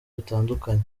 butandukanye